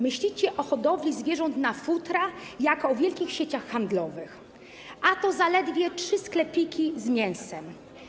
Myślicie o hodowli zwierząt na futra, że są to wielkie sieci handlowe, a to zaledwie trzy sklepiki z mięsem.